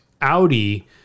Audi